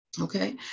Okay